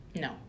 no